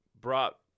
brought